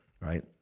right